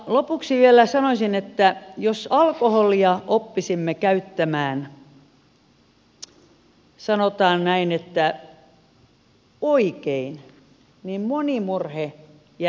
lopuksi vielä sanoisin että jos alkoholia oppisimme käyttämään oikein sanotaan näin niin moni murhe jäisi pois